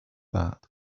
that